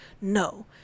no